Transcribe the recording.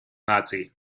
наций